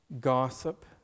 gossip